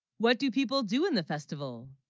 what do people do in the festival